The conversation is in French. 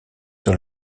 sur